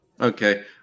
Okay